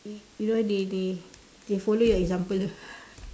you know they they they follow your example lah